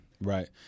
Right